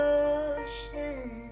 ocean